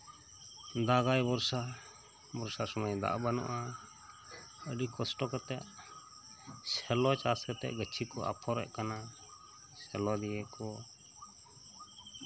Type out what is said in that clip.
ᱫᱟᱜᱟᱭ ᱵᱚᱨᱥᱟ ᱵᱚᱨᱥᱟ ᱥᱳᱢᱳᱭ ᱫᱟᱜ ᱵᱟᱹᱱᱩᱜᱼᱟ ᱟᱹᱰᱤ ᱠᱚᱥᱴᱚ ᱠᱟᱛᱮᱫ ᱥᱮᱞᱳ ᱪᱟᱥ ᱠᱟᱛᱮᱫ ᱜᱟᱹᱪᱷᱤ ᱠᱚ ᱟᱯᱷᱚᱨᱮᱫ ᱠᱟᱱᱟ ᱥᱮᱞᱚ ᱫᱤᱭᱮ ᱠᱚ